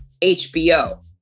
HBO